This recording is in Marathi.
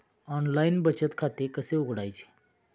ऑनलाइन बचत खाते कसे उघडायचे?